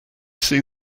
see